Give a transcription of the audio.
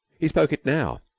he spoke it now.